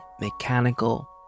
mechanical